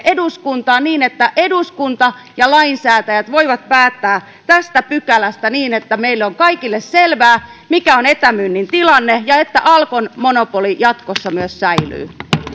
eduskuntaan niin että eduskunta ja lainsäätäjät voivat päättää tästä pykälästä niin että meille on kaikille selvää mikä on etämyynnin tilanne ja että alkon monopoli myös jatkossa säilyy